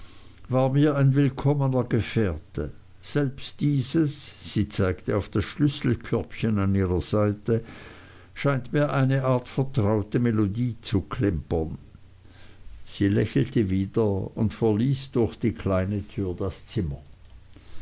war mir ein willkommener gefährte selbst dieses sie zeigte auf das schlüsselkörbchen an ihrer seite scheint mir eine art vertraute melodie zu klimpern sie lächelte wieder und verließ durch die kleine tür das zimmer